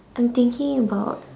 I'm thinking about